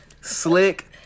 slick